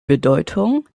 bedeutung